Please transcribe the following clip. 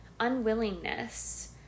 unwillingness